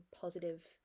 positive